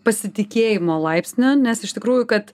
pasitikėjimo laipsnio nes iš tikrųjų kad